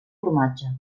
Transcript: formatge